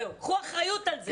קחו אחריות על זה.